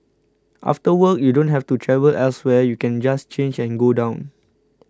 after work you don't have to travel elsewhere you can just change and go down